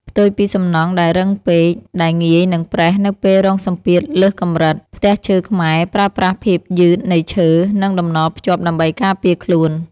ផ្ទុយពីសំណង់ដែលរឹងពេក ដែលងាយនឹងប្រេះនៅពេលរងសម្ពាធលើសកម្រិត ផ្ទះឈើខ្មែរប្រើប្រាស់ភាពយឺតនៃឈើ និងតំណភ្ជាប់ដើម្បីការពារខ្លួន។